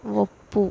ಒಪ್ಪು